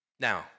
Now